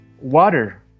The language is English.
water